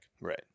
right